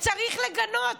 צריך לגנות.